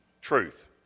truth